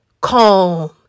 calm